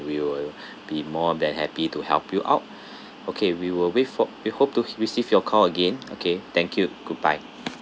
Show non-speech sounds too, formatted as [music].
we will [breath] be more than happy to help you out okay we will wait for we hope to receive your call again okay thank you goodbye